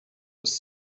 was